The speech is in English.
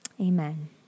Amen